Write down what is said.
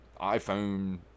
iPhone